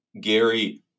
Gary